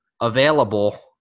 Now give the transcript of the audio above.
available